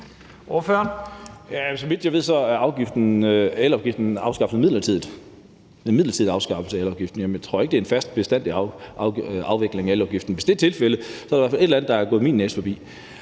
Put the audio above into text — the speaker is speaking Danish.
afskaffet midlertidigt; det er en midlertidig afskaffelse af elafgiften. Jeg tror ikke, det er en fast, bestandig afvikling af elafgiften, men hvis det er tilfældet, er der i hvert fald et eller andet, der er gået min næse forbi.